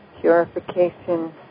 purification